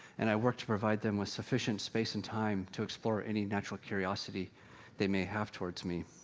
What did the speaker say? and i work to provide them with sufficient space and time to explore any natural curiosity they may have towards me.